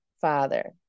Father